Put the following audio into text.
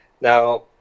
Now